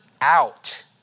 out